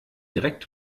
direkt